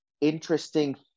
interesting